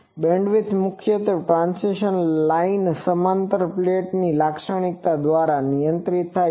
bandwidth મુખ્યત્વે transmission line સમાંતર plate વસ્તુઓની લાક્ષણિકતા દ્વારા નિયંત્રિત થાય છે